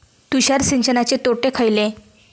तुषार सिंचनाचे तोटे खयले?